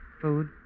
food